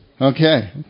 Okay